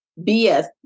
BS